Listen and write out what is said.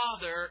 father